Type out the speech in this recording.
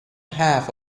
half